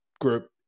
group